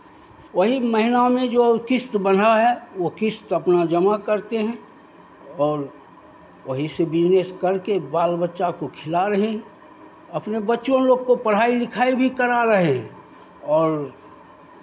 वही महिना में जो किस्त बँधा है वो किस्त अपना जमा करते हैं और वही से बिज़नेस करके बाल बच्चा को खिला रहे हैं अपने बच्चों लोग को पढ़ाई लिखाई भी करा रहे हैं और